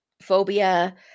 phobia